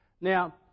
Now